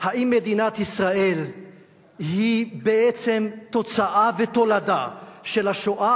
האם מדינת ישראל היא בעצם תוצאה ותולדה של השואה?